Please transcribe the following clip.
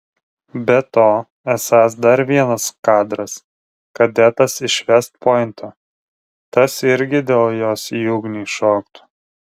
be to esąs dar vienas kadras kadetas iš vest pointo tas irgi dėl jos į ugnį šoktų